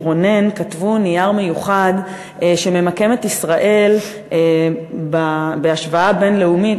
רונן כתב נייר מיוחד שממקם את ישראל בהשוואה בין-לאומית